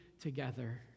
together